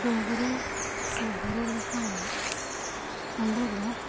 ᱰᱩᱝᱜᱽᱨᱤ ᱥᱮ ᱵᱩᱨᱩ ᱞᱮᱠᱟ ᱢᱮᱱᱟᱜ ᱟ ᱚᱸᱰᱮ ᱫᱚ